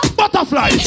butterfly